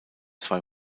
zwei